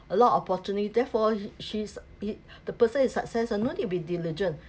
a lot opportunities therefore she's he the person is success ah no need be diligent